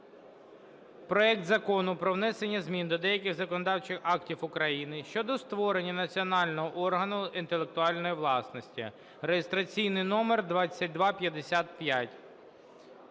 проект Закону про внесення змін до деяких законодавчих актів України щодо створення національного органу інтелектуальної власності (реєстраційний номер 2255).